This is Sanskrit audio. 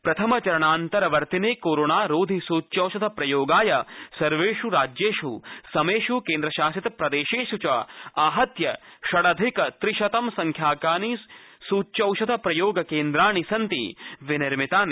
प्रथमचरणान्तर्वर्तिने कोरोणारोधि सूच्यौषध प्रयोगाय सर्वेष् राज्येष् समेष् केन्द्रशासित प्रदेशेष् च आहत्य षडधिक त्रिसहम्र संख्याकानि सूच्यौषध प्रयोगकेन्द्राणि सन्ति विनिर्मितानि